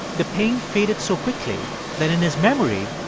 the pain faded so quickly that in his memory,